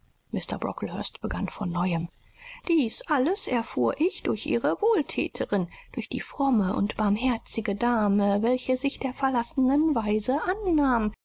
begann von neuem dies alles erfuhr ich durch ihre wohlthäterin durch die fromme und barmherzige dame welche sich der verlassenen waise annahm